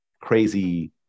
crazy